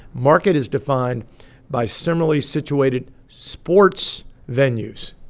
market is defined by similarly situated sports venues.